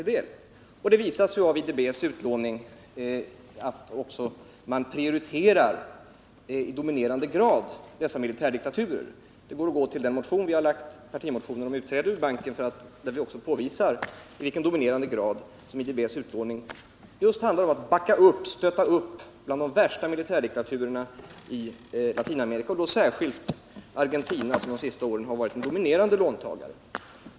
Det har också visat sig att IDB i sin utlåningsverksamhet i dominerande grad prioriterar sådana militärdiktaturer. I vår partimotion om utträde ur banken har vi också påvisat i vilken utsträckning IDB:s utlåning just handlar om att backa upp och stötta flera av de värsta militärdiktaturerna i Latinamerika, särskilt då Argentina som under de senaste åren varit den dominerande låntagaren.